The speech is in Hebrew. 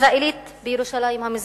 ישראלית בירושלים המזרחית.